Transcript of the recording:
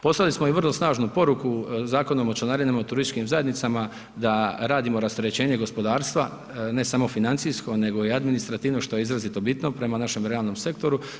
Poslali smo i vrlo snažnu poruku Zakonom o članarinama u turističkim zajednicama da radimo rasterećenje gospodarstva, ne samo financijsko nego i administrativno što je izrazito bitno prema našem realnom sektoru.